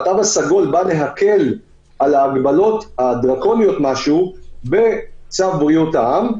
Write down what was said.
והתו הסגול בא להקל על ההגבלות הדרקוניות משהו בצו בריאות העם,